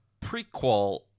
prequel